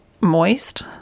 moist